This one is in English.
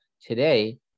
today